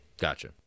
Gotcha